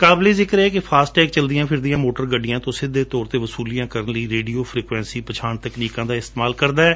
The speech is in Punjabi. ਕਾਬਲੇ ਜਿਕਰ ਹੈ ਕਿ ਫਾਸਟਟੈਗ ਚਲਦੀਆਂ ਸੋਟਰ ਗੱਡੀਆਂ ਤੋ ਸਿੱਧੇ ਤੌਰ ਤੇ ਵਸੁਲੀਆਂ ਕਰਣ ਲਈ ਰੇਡੀਓ ਫ੍ਰੀਕਵੈਂਸੀ ਪਛਾਣ ਤਕਨੀਕਾਂ ਦਾ ਇਸਡੇਮਾਲ ਕਰਦਾ ਹੈ